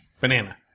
Banana